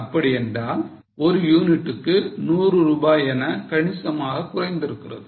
அப்படி என்றால் ஒரு யூனிட்டுக்கு 100 ரூபாய் என கணிசமாக குறைந்திருக்கிறது